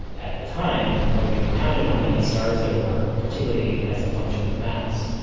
at the time when we counted how many stars there were, particularly as a function of mass,